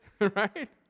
right